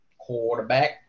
Quarterback